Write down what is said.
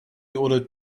ordered